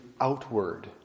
outward